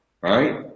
right